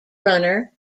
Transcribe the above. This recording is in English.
runner